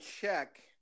check